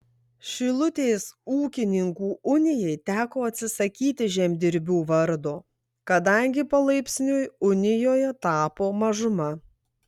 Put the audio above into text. šilutės ūkininkų unijai teko atsisakyti žemdirbių vardo kadangi palaipsniui unijoje tapo mažuma